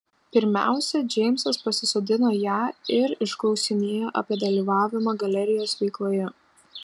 pirmiausia džeimsas pasisodino ją ir išklausinėjo apie dalyvavimą galerijos veikloje